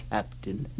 Captain